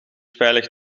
veilig